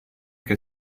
che